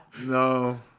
No